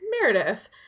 Meredith